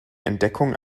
entdeckung